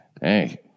hey